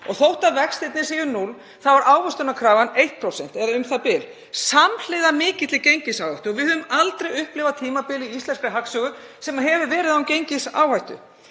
Þó að vextirnir séu 0 þá er ávöxtunarkrafan 1% eða u.þ.b., samhliða mikilli gengisáhættu og við höfum aldrei upplifað tímabil í íslenskri hagsögu sem hefur verið án gengisáhættu.